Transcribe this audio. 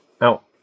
out